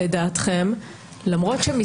ברור, אני רוצה שנעבור את שתיים כדי שנגיע לשלוש.